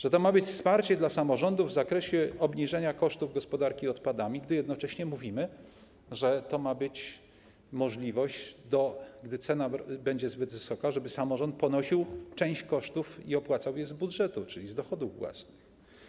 Że to ma być wsparcie dla samorządów w zakresie obniżenia kosztów gospodarki odpadami, gdy jednocześnie mówimy, że to ma być możliwość, gdy cena będzie zbyt wysoka, żeby samorząd ponosił część kosztów i opłacał je z budżetu, czyli z dochodów własnych.